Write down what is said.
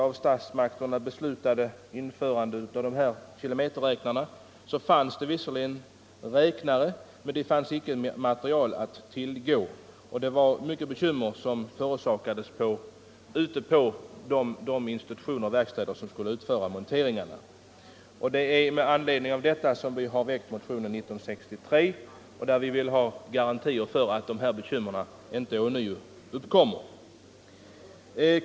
När statsmakterna beslöt att införa ett system med kilometerräknare gjorde vi den dystra erfarenheten att det visserligen fanns kilometerräknare, men den materiel som behövdes för inmonteringen saknades. Detta förorsakade stora bekymmer ute på de verkstäder som skulle utföra monteringarna, och det har varit anledningen till att vi väckte vår motion, i vilken vi säger att vi vill ha garantier för att de bekymren inte uppstår på nytt.